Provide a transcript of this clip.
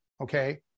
okay